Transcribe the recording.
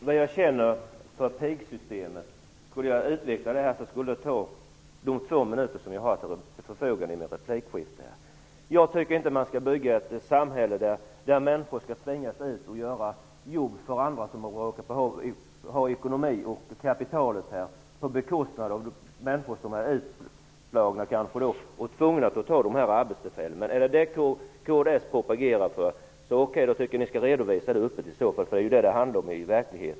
Herr talman! Om jag skulle utveckla vad jag känner för pigsystemet skulle det ta de två minuter som jag har till förfogande i min replik. Jag tycker inte att vi skall bygga ett samhälle där människor skall tvingas att göra jobb åt andra som råkar ha en god ekonomi och ett kapital. Det finns människor som är utslagna och kanske blir tvungna att ta dessa arbeten. Om det är detta kds propagerar för tycker jag att ni skall redovisa det öppet.